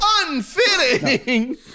Unfitting